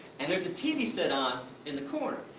and there's a tv set on in the corner,